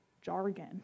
jargon